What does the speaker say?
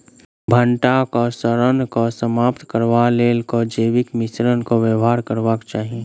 भंटा केँ सड़न केँ समाप्त करबाक लेल केँ जैविक मिश्रण केँ व्यवहार करबाक चाहि?